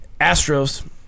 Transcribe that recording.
Astros